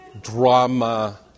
Drama